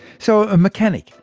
so a mechanic,